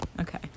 Okay